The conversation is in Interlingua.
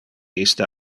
iste